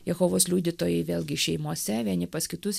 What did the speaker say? jehovos liudytojai vėlgi šeimose vieni pas kitus